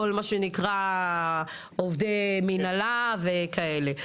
כל מה שנקרא עובדי מנהלה וכאלה.